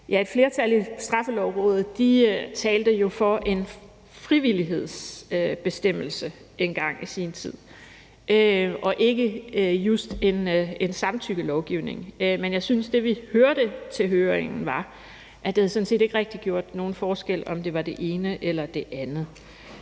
et flertal i Straffelovrådet talte jo engang i sin tid for en frivillighedsbestemmelse og ikke just for en samtykkelovgivning. men jeg synes, at det, vi hørte til høringen, var, at det sådan set ikke rigtig havde gjort nogen forskel, om det var det ene eller det andet.